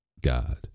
God